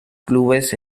clubes